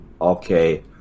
Okay